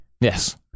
Yes